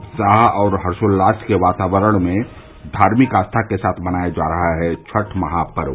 उत्साह और हर्षोल्लास के वातावरण में धार्मिक आस्था के साथ मनाया जा रहा है छठ महापर्व